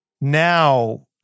Now